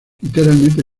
literalmente